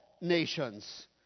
nations